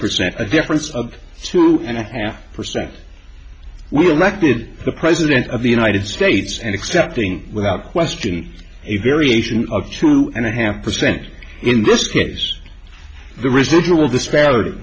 percent a difference of two and a half percent we elected the president of the united states and accepting without question a variation of true and a half percent in this case the residual disparity